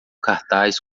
cartaz